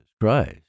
Christ